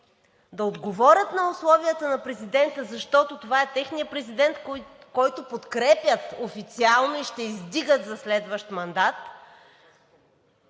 да отговорят на условията на президента, защото това е техният президент, който подкрепят официално и ще издигат за следващ мандат,